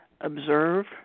observe